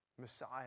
Messiah